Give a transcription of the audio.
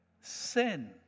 sin